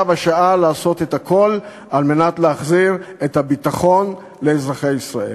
ובה-בשעה לעשות הכול כדי להחזיר את הביטחון לאזרחי ישראל.